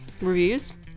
Reviews